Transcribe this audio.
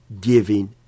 giving